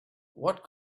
what